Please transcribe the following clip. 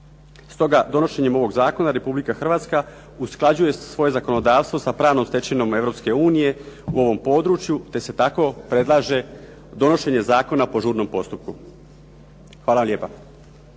Stoga donošenjem ovog zakona Republika Hrvatska usklađuje svoje zakonodavstvo sa pravnom stečevinom Europske unije u ovom području, te se tako predlaže donošenje zakona po žurnom postupku. Hvala lijepo.